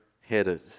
headed